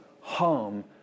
harm